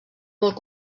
molt